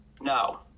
No